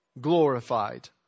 glorified